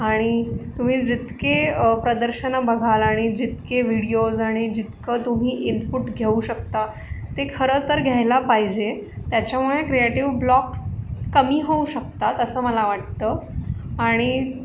आणि तुम्ही जितके प्रदर्शनं बघाल आणि जितके व्हिडिओज आणि जितकं तुम्ही इनपुट घेऊ शकता ते खरंतर घ्यायला पाहिजे त्याच्यामुळे क्रिएटिव्ह ब्लॉक कमी होऊ शकतात असं मला वाटतं आणि